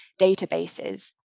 databases